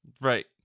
right